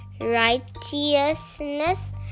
righteousness